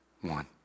One